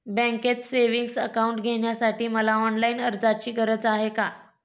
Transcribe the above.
बँकेत savings account उघडण्यासाठी मला ऑनलाईन अर्जाची गरज आहे का?